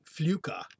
fluka